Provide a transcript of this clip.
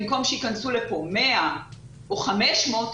במקום שייכנסו לכאן 100 או 500,